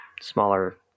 smaller